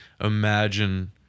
Imagine